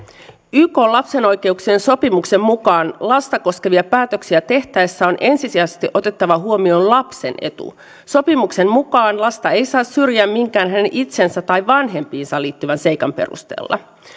ykn lapsen oikeuksien sopimuksen mukaan lasta koskevia päätöksiä tehtäessä on ensisijaisesti otettava huomioon lapsen etu sopimuksen mukaan lasta ei saa syrjiä minkään häneen itseensä tai vanhempiinsa liittyvän seikan perusteella